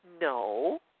No